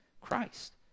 Christ